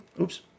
Oops